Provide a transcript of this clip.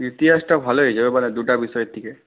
ইতিহাসটা ভালো হয়েছে মানে দুটো বিষয়ের থেকে